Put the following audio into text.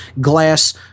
glass